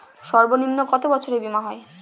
সর্বনিম্ন কত বছরের বীমার হয়?